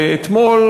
ואתמול,